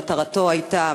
שמטרתו הייתה,